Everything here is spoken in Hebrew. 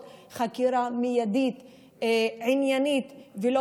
את התנהלות מנדלבליט בפרשת הרפז וקבע כי